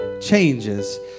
changes